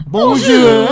Bonjour